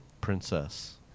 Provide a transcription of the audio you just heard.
Princess